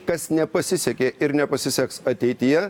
kas nepasisekė ir nepasiseks ateityje